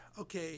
Okay